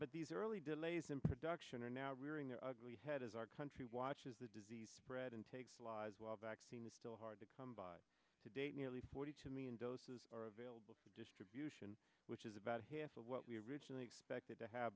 but these early delays in production are now rearing their ugly head as our country watches the disease spread and take flies while vaccine is still hard to come by to date nearly forty two million doses are available distribution which is about half of what we originally expected to have